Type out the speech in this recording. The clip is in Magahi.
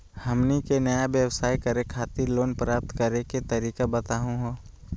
हमनी के नया व्यवसाय करै खातिर लोन प्राप्त करै के तरीका बताहु हो?